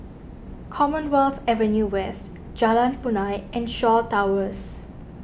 Commonwealth Avenue West Jalan Punai and Shaw Towers